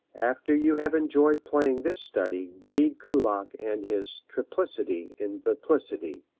after you have enjoyed playing this study read kullak and his triplicity in biplicity.